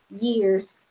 years